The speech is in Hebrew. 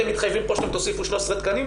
אתם מתחייבים פה שאתם תוסיפו 13 תקנים?